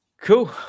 Cool